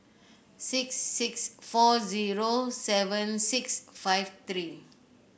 six six four zero seven six five three